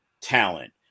talent